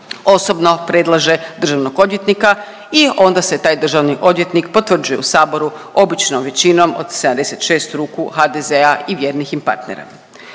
osobno predlaže državnog odvjetnika i onda se taj državni odvjetnik potvrđuje u saboru običnom većinom od 76 ruku HDZ-a i vjernih im partnera.